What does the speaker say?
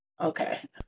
Okay